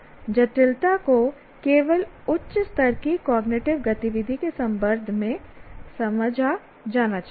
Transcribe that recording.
तो जटिलता को केवल उच्च स्तर की कॉग्निटिव गतिविधि के संदर्भ में समझा जाना चाहिए